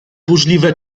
burzliwe